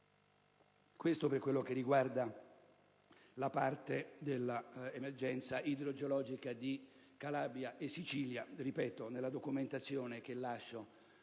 Questo per quello che riguarda la parte dell'emergenza idrogeologica di Calabria e Sicilia.